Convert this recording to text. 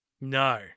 no